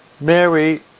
Mary